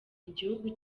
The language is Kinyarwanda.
igihugu